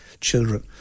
children